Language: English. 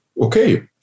okay